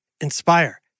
Inspire